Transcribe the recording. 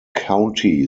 county